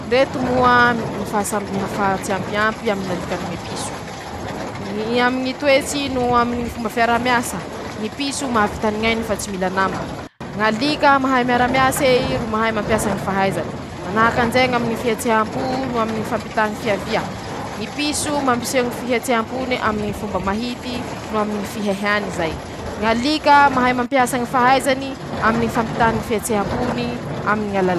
Ndreto moa ñy fahasamihafa tsy ampiampy aminy ñalika noho ñy piso: - ñy aminy ñy toetsy noho aminy ñy fomba fiaraha miasa: ñy piso mahavita ny ñainy fa tsy mila nama; ñalika mahay miara miasa eeeiii ro mahay mampiasa ñy fahaizany.- Manahaky anizay ñaminy fihetseham- po noho aminy ñy fampitafiavia: ñy piso mampiseho ñy fehetseham- pony aminy ñy fomba mahity noho aminy ñy fiheheany zay ;ñalika mahay mampiasa ñy fahaizany aminy fampitany ñy fihetseham- pony yyy aminy alala<...>